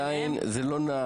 אבל עדיין, זה לא נער.